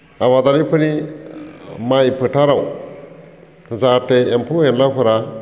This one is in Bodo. आबादारिफोरनि माइ फोथाराव जाहाथे एम्फौ एनलाफोरा